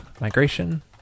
migration